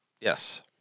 Yes